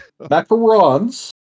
macarons